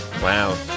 Wow